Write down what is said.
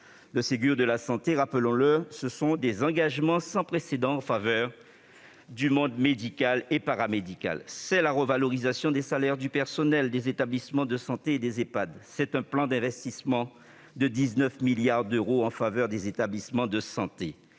Le Ségur de la santé, rappelons-le, ce sont des engagements sans précédent en faveur du monde médical et paramédical. C'est aussi la revalorisation des salaires du personnel des établissements de santé et des Ehpad. C'est un plan d'investissement de 19 milliards d'euros en faveur des établissements de santé.